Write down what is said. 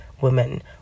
women